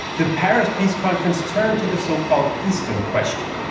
the paris peace conference turned to the so called eastern question.